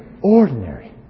ordinary